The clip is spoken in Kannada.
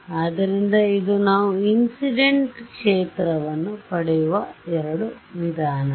ಆದ್ದರಿಂದ ಇದು ನಾವು ಇನ್ಸಿಡೆಂಟ್ ಕ್ಷೇತ್ರವನ್ನು ಪಡೆಯುವ ಎರಡು ವಿಧಾನಗಳು